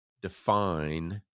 define